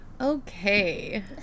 Okay